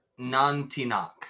Nantinak